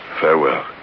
farewell